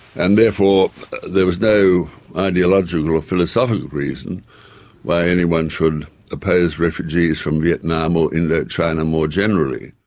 and therefore there was no ideological or philosophical reason why anyone should oppose refugees from vietnam or indochina more generally.